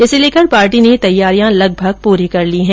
इसे लेकर पार्टी ने तैयारियां लगभग पूरी कर ली हैं